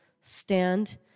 stand